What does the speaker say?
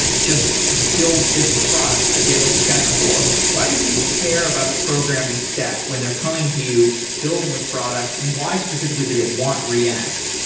just build this product that we have a spec for. why do people care about the programming stack, when they're coming to you building a product and why specifically do they want react?